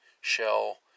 shell